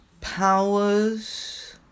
Powers